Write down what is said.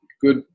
good